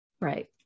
Right